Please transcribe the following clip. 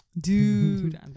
Dude